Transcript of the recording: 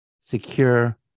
secure